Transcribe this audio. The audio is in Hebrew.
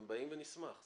הם באים ונשמח.